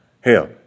Hell